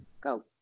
Go